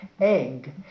egg